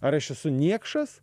ar aš esu niekšas